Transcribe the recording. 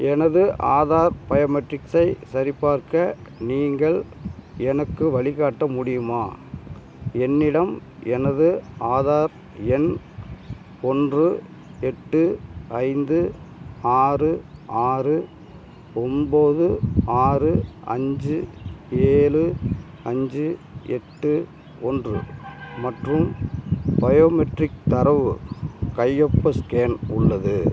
எனது ஆதார் பயோமெட்ரிக்ஸை சரிபார்க்க நீங்கள் எனக்கு வழிகாட்ட முடியுமா என்னிடம் எனது ஆதார் எண் ஒன்று எட்டு ஐந்து ஆறு ஆறு ஒம்பது ஆறு அஞ்சு ஏழு அஞ்சு எட்டு ஒன்று மற்றும் பயோமெட்ரிக் தரவு கையொப்ப ஸ்கேன் உள்ளது